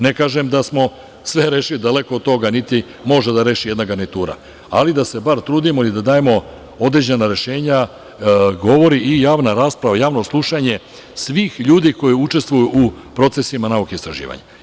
Ne kažem da smo sve rešili, daleko od toga, niti može da reši jedna garnitura, ali da se bar trudimo i da dajemo određena rešenja, govori i javna rasprava, javno slušanje svih ljudi koji učestvuju u procesima nauke i istraživanja.